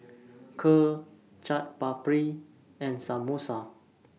Kheer Chaat Papri and Samosa